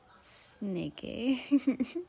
Sneaky